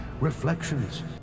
Reflections